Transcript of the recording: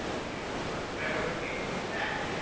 a camper subscriber exactly